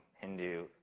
Hindu